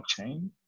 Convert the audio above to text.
blockchain